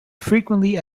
frequently